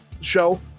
show